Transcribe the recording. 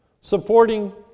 supporting